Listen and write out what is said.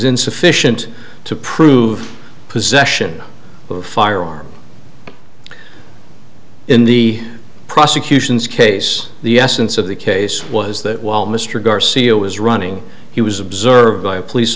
insufficient to prove possession of a firearm in the prosecution's case the essence of the case was that while mr garcia was running he was observed by a police